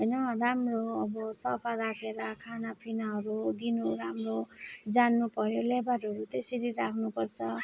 होइन राम्रो अब सफा राखेर खानापिनाहरू दिनु राम्रो जान्नु पर्यो लेबरहरू त्यसरी राख्नु पर्छ